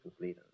leaders